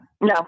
No